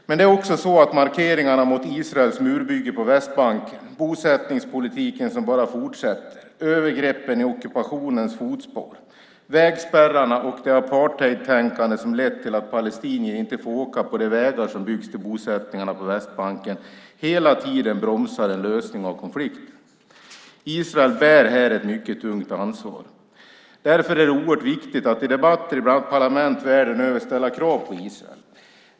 Men det är också så att markeringarna mot Israels murbygge på Västbanken, bosättningspolitiken som bara fortsätter, övergreppen i ockupationens fotspår, vägspärrarna och det apartheidtänkande som har lett till att palestinierna inte får åka på de vägar som byggs till bosättningarna på Västbanken hela tiden bromsar en lösning av konflikten. Israel bär här ett mycket tungt ansvar. Därför är det oerhört viktigt att i debatter i parlament världen över ställa krav på Israel.